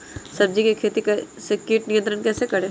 सब्जियों की खेती में कीट नियंत्रण कैसे करें?